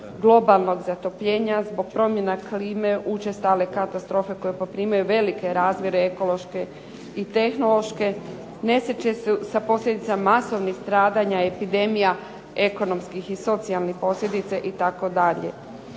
globalnog zatopljenja, zbog promjena klime, učestale katastrofe koje poprimaju velike razmjere ekološke i tehnološke, nesreće sa posljedicama masovnih stradanja, epidemija ekonomskih i socijalnih posljedica itd.